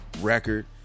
Record